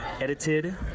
edited